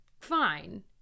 fine